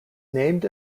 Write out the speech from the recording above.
named